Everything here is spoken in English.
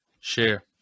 share